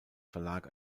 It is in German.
verlag